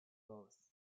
both